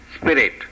spirit